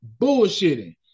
bullshitting